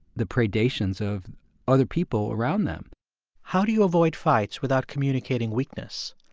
the predations of other people around them how do you avoid fights without communicating weakness?